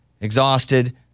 exhausted